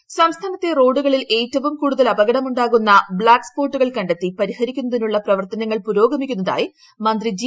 സുധാകരൻ സംസ്ഥാനത്തെ റോഡുകളിൽ ഏറ്റവും കൂടുതൽ അപകടം ഉാകുന്ന ബ്ലാക്ക് സ്പോട്ടുകൾ കത്തി പരിഹരിക്കുന്നതിനുള്ള പ്രവർത്തനങ്ങൾ പുരോഗമിക്കുന്നതായി മന്ത്രി ജി